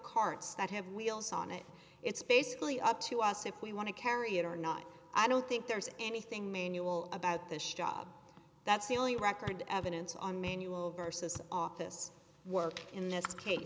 carts that have wheels on it it's basically up to us if we want to carry it or not i don't think there's anything manual about this job that's the only record evidence on manual versus office work in this case